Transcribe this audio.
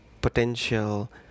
potential